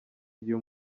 igihe